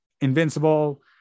invincible